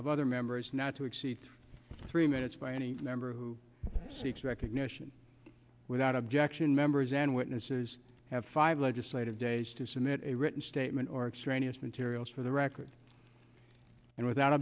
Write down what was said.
of other members not to exceed three minutes by any member who seeks recognition without objection members and witnesses have five legislative days to submit a written statement or extraneous materials for the record and without